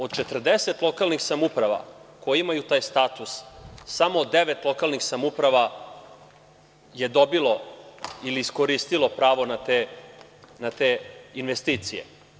Od 40 lokalnih samouprava koje imaju taj status, samo devet lokalnih samouprava je dobilo ili iskoristilo pravo na te investicije.